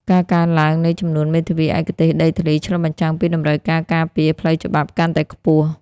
ការកើនឡើងនៃចំនួនមេធាវីឯកទេសដីធ្លី ឆ្លុះបញ្ចាំងពីតម្រូវការការពារផ្លូវច្បាប់កាន់តែខ្ពស់។